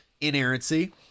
inerrancy